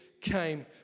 came